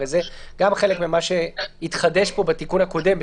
הרי זה גם חלק ממה שהתחדש פה בתיקון הקודם,